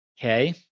okay